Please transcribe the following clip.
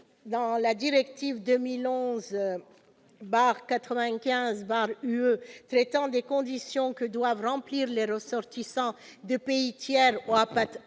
dans la directive 2011/95/UE traitant des conditions que doivent remplir les ressortissants des pays tiers ou les